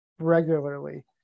regularly